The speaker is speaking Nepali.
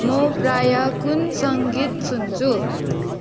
म प्रायः कुन सङ्गीत सुन्छु